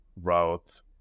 route